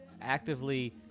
actively